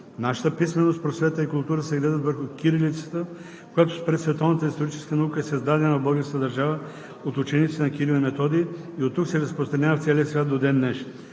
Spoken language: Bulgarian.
Нашата писменост, просвета и култура се градят върху кирилицата, която според световната историческа наука е създадена в българската държава от учениците на Кирил и Методий и оттук се разпространява в целия свят до ден днешен.